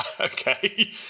Okay